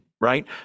right